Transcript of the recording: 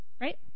Right